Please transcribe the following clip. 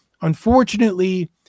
unfortunately